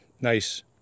Nice